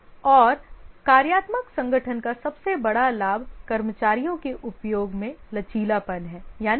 और कार्यात्मक संगठन का सबसे बड़ा लाभ कर्मचारियों के उपयोग में लचीलापन है